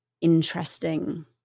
interesting